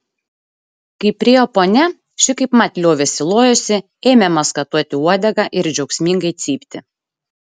kai priėjo ponia ši kaipmat liovėsi lojusi ėmė maskatuoti uodegą ir džiaugsmingai cypti